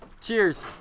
Cheers